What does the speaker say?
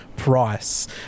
price